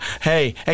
hey